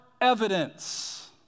evidence